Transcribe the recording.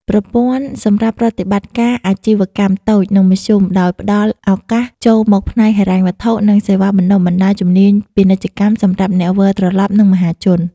ប្រព័ន្ធសម្រាប់ប្រតិបត្តិការអាជីវកម្មតូច និងមធ្យម ដោយផ្ដល់ឱកាសចូលមកផ្នែកហិរញ្ញវត្ថុ និងសេវាបណ្តុះបណ្តាលជំនាញពាណិជ្ជកម្មសម្រាប់អ្នកវិលត្រឡប់ និងមហាជន។